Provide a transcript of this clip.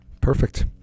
perfect